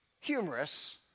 Humorous